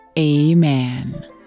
Amen